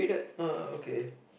err okay